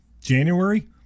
January